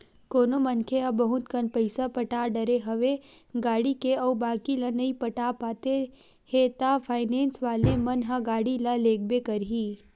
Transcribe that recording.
कोनो मनखे ह बहुत कन पइसा पटा डरे हवे गाड़ी के अउ बाकी ल नइ पटा पाते हे ता फायनेंस वाले मन ह गाड़ी ल लेगबे करही